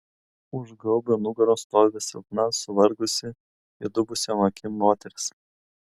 už gaubio nugaros stovi silpna suvargusi įdubusiom akim moteris